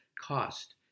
cost